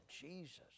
jesus